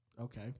okay